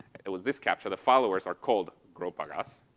it was this captcha. the followers are called gropagas.